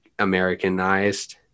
Americanized